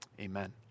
amen